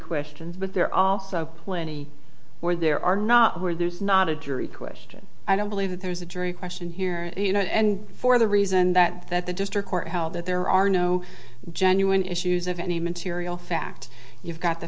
questions but there are also plenty or there are not where there's not a jury question i don't believe that there's a jury question here and for the reason that that the district court held that there are no genuine issues of any material fact you've got the